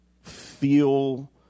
feel